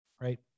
Right